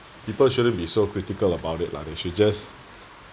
people shouldn't be so critical about it lah they should just